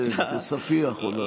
כספיח אולי.